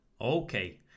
Okay